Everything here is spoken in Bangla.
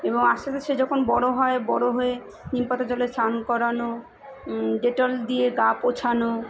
এবং আস্তে আস্তে সে যখন বড় হয় বড় হয়ে নিম পাতার জলে স্নান করানো ডেটল দিয়ে গা মোছানো